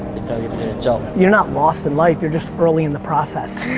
job. you're not lost in life you're just early in the process.